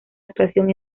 actuación